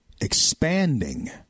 expanding